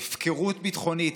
בהפקרות ביטחונית,